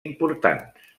importants